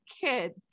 kids